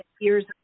years